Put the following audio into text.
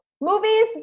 movies